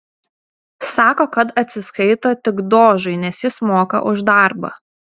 sako kad atsiskaito tik dožui nes jis moka už darbą